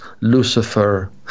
Lucifer